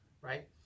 right